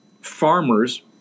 farmers